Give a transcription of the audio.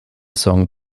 song